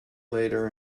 later